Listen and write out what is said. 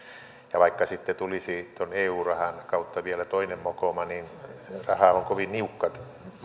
ja vaikka sitten tulisi tuon eu rahan kautta vielä toinen mokoma raha on kovin niukka kriisissä